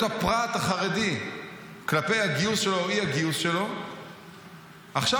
הפרט החרדי כלפי הגיוס שלו או האי-גיוס שלו,